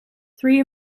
three